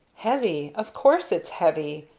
heavy! of course it's heavy!